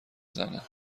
زنه